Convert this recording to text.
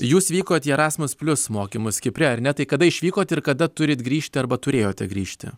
jūs vykot į erasmus plius mokymus kipre ar ne tai kada išvykot ir kada turit grįžti arba turėjote grįžti